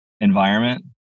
environment